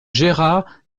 gérard